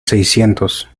seiscientos